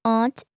Aunt